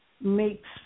makes